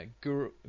Guru